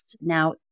Now